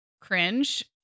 cringe